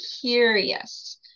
curious